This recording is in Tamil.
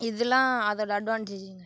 இதுலாம் அதோடய அட்வான்டேஜ்ங்க